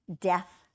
death